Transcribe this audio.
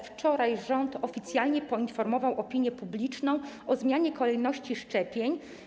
Wczoraj rząd oficjalnie poinformował opinię publiczną o zmianie kolejności szczepień.